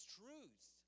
truth